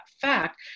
fact